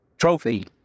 trophy